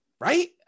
right